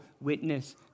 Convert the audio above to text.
witness